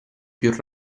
più